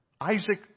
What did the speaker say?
Isaac